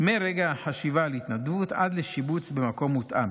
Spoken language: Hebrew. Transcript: מרגע החשיבה על התנדבות עד לשיבוץ במקום מותאם,